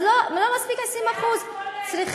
אז לא מספיק 20% ואז,